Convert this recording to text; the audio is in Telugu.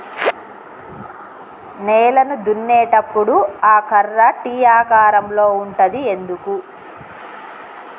నేలను దున్నేటప్పుడు ఆ కర్ర టీ ఆకారం లో ఉంటది ఎందుకు?